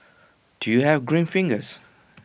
do you have green fingers